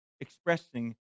expressing